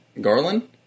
Garland